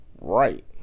Right